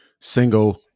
single